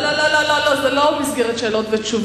לא, לא, לא, זה לא במסגרת שאלות ותשובות.